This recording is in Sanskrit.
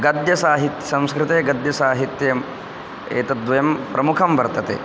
गद्यसाहित्यं संस्कृते गद्यसाहित्यम् एतद्वयं प्रमुखं वर्तते